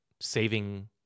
saving